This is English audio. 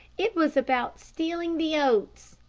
it was about stealing the oats.